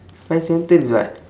five sentence [what]